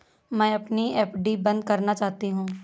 मैं अपनी एफ.डी बंद करना चाहती हूँ